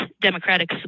Democratic